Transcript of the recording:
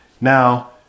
now